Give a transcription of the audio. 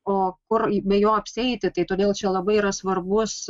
o kur be jo apsieiti tai todėl čia labai yra svarbus